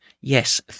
Yes